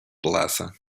plaza